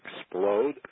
explode